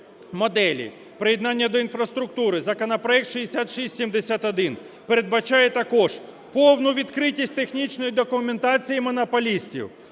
моделі приєднання до інфраструктури, законопроект 6671 передбачає також повну відкритість технічної документації монополістів,